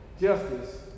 justice